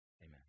amen